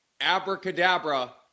Abracadabra